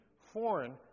foreign